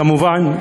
כמובן.